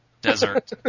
desert